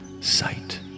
sight